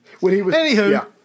Anywho